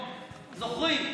זוכרים.